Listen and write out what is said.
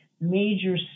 major